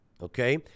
okay